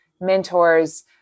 mentors